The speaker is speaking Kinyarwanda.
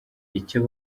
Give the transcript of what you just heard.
icyo